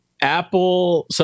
Apple